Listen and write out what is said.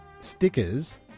stickers